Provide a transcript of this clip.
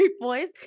Boys